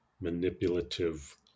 manipulative